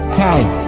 time